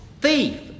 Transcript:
thief